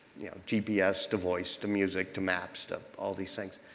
you know, gps to voice to music to maps to all these things.